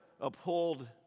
uphold